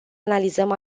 analizăm